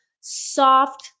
soft